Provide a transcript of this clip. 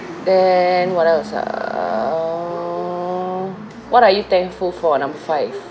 then what else err what are you thankful for number five